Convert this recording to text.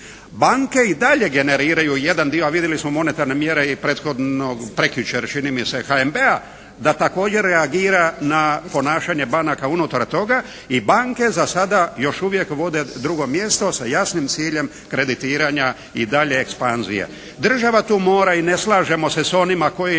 Banke i dalje generiraju jedan dio, a vidjeli smo monetarne mjere i prethodnog, prekjučer čini mi se HNB-a da također reagira na ponašanje banaka unutar toga i banke za sada još uvijek vode drugo mjesto sa jasnim ciljem kreditiranja i dalje ekspanzije. Država tu mora i ne slažemo se s onima koji